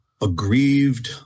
aggrieved